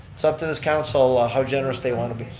it's up to this council ah how generous they want to be.